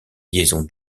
liaison